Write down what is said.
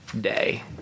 day